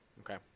Okay